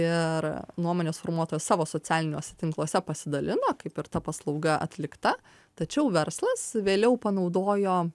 ir nuomonės formuotoja savo socialiniuose tinkluose pasidalino kaip ir ta paslauga atlikta tačiau verslas vėliau panaudojo